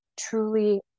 truly